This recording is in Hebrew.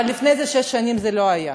אבל לפני כן שש שנים זה לא היה.